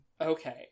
Okay